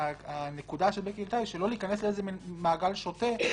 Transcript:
הנקודה שבקי העלתה זה לא להיכנס למעגל שוטף,